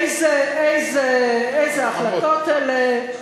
איזה החלטות אלה,